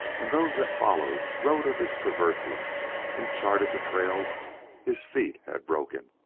and those that followed wrote of his traverses and charted the trails his feet had broken.